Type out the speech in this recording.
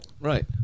Right